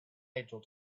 angel